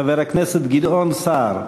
חבר הכנסת גדעון סער,